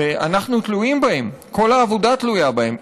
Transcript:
ואנחנו תלויים בהם, כל העבודה תלויה בהם.